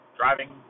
driving